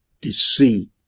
deceit